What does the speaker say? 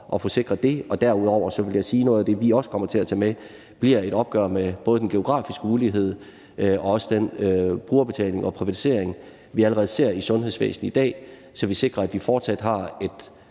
at sikre det. Derudover vil jeg sige, at noget af det, vi også kommer til at tage med, bliver et opgør med både den geografiske ulighed og med den brugerbetaling og privatisering, vi allerede ser i sundhedsvæsenet i dag, så vi sikrer, at vi fortsat har et